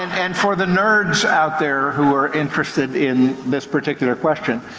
and and for the nerds out there who are interested in this particular question,